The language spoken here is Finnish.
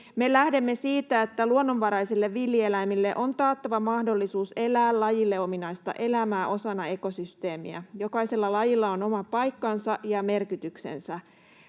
lähdemme siitä, että luonnonvaraisille villieläimille on taattava mahdollisuus elää lajille ominaista elämää osana ekosysteemiä. Jokaisella lajilla on oma paikkansa ja merkityksensä.